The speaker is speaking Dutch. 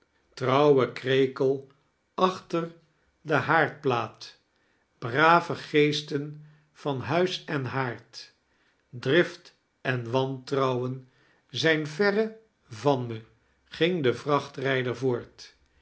trouwe krekel achter de haardplaat brave geesten van huis en haard drift en wantrouwen zijn verre van me ging de vrachtrijder voort